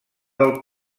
del